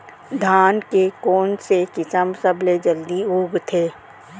धान के कोन से किसम सबसे जलदी उगथे?